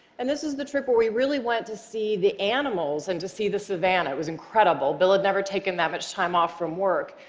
and this was the trip where we really went to see the animals and to see the savanna. it was incredible. bill had never taken that much time off from work.